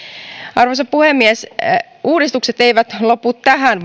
arvoisa puhemies uudistukset eivät lopu tähän